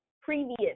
previous